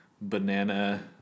Banana